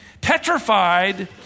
petrified